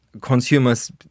consumers